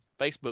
Facebook